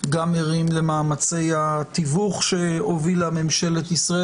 גם ערים למאמצי התיווך שהובילה ממשלת ישראל